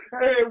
Hey